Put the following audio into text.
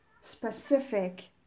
specific